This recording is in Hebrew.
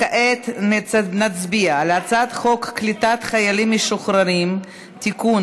כעת נצביע על הצעת חוק קליטת חיילים משוחררים (תיקון,